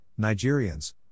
Nigerians